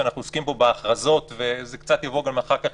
שאנחנו עוסקים בו בהכרזות זה יבוא לידי ביטוי גם אחר כך